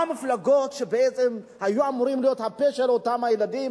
מה המפלגות שבעצם היו אמורות להיות הפה של אותם הילדים,